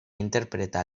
interpretar